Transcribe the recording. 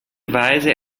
weise